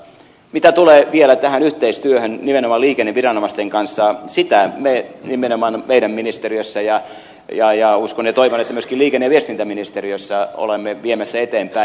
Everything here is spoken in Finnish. mitä tulee vielä tähän yhteistyöhön nimenomaan liikenneviranomaisten kanssa sitä me olemme nimenomaan meidän ministeriössämme ja uskon ja toivon että ollaan myöskin liikenne ja viestintäministeriössä viemässä eteenpäin